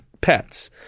pets